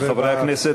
חברי הכנסת,